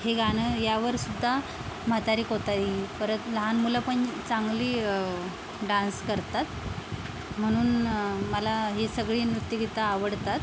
हे गाणं यावरसुद्धा म्हातारी कोतारी परत लहान मुलं पण चांगली डान्स करतात म्हणून मला हे सगळी नृत्यगीतं आवडतात